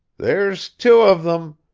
there's two of them!